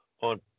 on